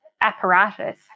apparatus